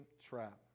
trap